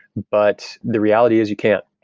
but the reality is you can't.